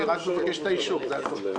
אני רק מבקש את האישור, זה הכול.